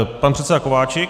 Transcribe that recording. Pan předseda Kováčik.